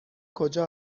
کجا